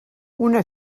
una